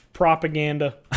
Propaganda